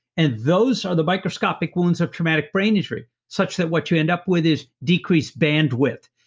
and those are the microscopic wounds of traumatic brain injury, such that what you end up with is decreased bandwidth.